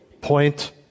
Point